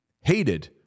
hated